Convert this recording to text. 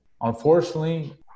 Unfortunately